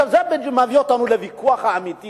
עכשיו, זה בדיוק מביא אותנו לוויכוח האמיתי